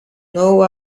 know